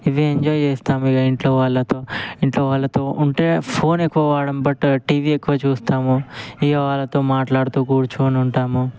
ఇవి ఎంజాయ్ చేస్తాము ఇక ఇంట్లో వాళ్ళతో ఇంట్లో వాళ్ళతో ఉంటే ఫోన్ ఎక్కువ వాడం బట్ టీవీ ఎక్కువ చూస్తాము ఇక వాళ్ళతో మాట్లాడుతూ కూర్చోని ఉంటాము